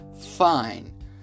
fine